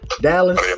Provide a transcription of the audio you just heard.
Dallas